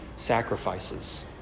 sacrifices